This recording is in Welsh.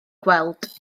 gweld